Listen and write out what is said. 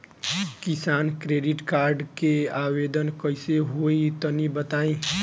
किसान credit card के आवेदन कईसे होई तनि बताई?